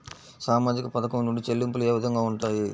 సామాజిక పథకం నుండి చెల్లింపులు ఏ విధంగా ఉంటాయి?